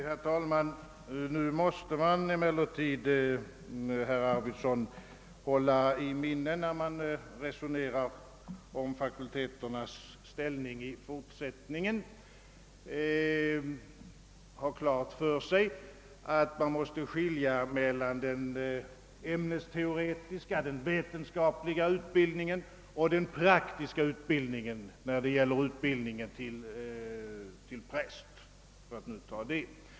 Herr talman! Nu måste man emellertid, herr Arvidson, när man resonerar om fakulteternas ställning i fortsättningen ha klart för sig, att man måste skilja mellan å ena sidan den ämnesteoretiska och den vetenskapliga utbildningen och å den andra den praktiska utbildningen när det gäller utbildningen till präst, för att nu ta det.